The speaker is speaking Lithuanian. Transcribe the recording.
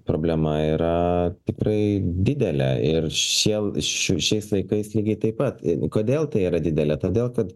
problema yra tikrai didelė ir šie šiu šiais laikais lygiai taip pat kodėl tai yra didelė todėl kad